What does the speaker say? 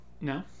No